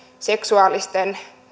seksuaalisten